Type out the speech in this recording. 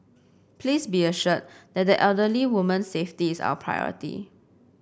please be assured that the elderly woman's safety is our priority